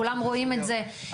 כולם רואים את זה,